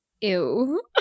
Ew